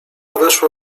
weszła